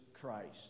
Christ